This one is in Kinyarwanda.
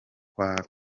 kwa